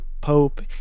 pope